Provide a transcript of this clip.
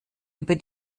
über